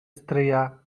stryja